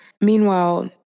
Meanwhile